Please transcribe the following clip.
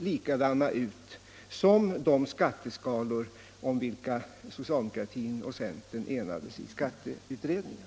ser ut som de skatteskalor om vilka socialdemokraterna och centern enades i skatteutredningen.